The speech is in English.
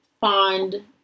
fond